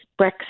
Brexit